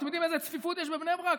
אתם יודעים איזה צפיפות יש בבני ברק?